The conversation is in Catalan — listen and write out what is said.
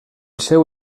seu